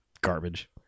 garbage